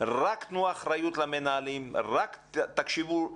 רק תנו אחריות למנהלים ותקשיבו לתלמידים,